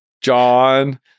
John